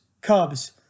Cubs